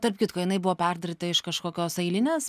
tarp kitko jinai buvo perdaryta iš kažkokios eilinės